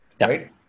right